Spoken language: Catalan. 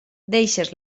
deixes